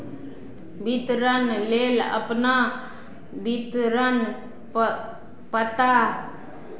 वितरण लेल अपना वितरण प् पता